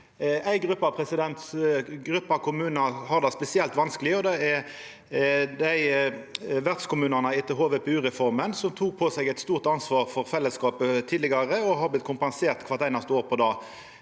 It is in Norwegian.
Ei gruppe kommunar har det spesielt vanskeleg, og det er vertskommunane etter HVPU-reforma, som tok på seg eit stort ansvar for fellesskapet tidlegare, og som har vorte kompenserte kvart einaste år for det.